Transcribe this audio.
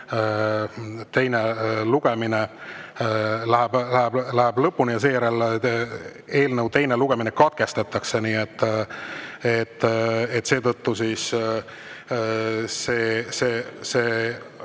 teine lugemine läheb lõpuni ja seejärel eelnõu teine lugemine katkestatakse. Nii et seetõttu see